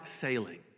sailing